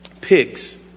pigs